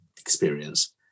experience